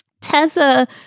Tessa